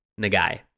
Nagai